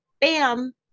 bam